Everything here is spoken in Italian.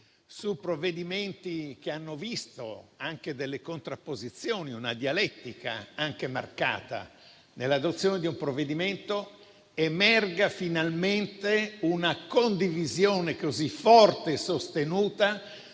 su provvedimenti che hanno visto anche delle contrapposizioni e una dialettica, anche marcata, nell'adozione di un provvedimento, emerga finalmente una condivisione così forte e sostenuta